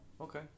okay